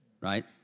right